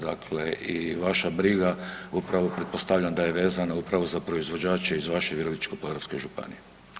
Dakle, i vaša briga upravo pretpostavljam da je vezana upravo za proizvođače iz vaše Virovitičko-podravske županije.